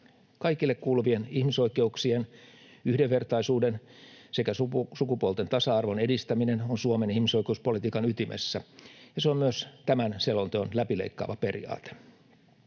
Kaikille kuuluvien ihmisoikeuksien, yhdenvertaisuuden sekä sukupuolten tasa-arvon edistäminen on Suomen ihmisoikeuspolitiikan ytimessä, ja se on myös tämän selonteon läpileikkaava periaate.